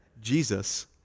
Jesus